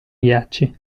ghiacci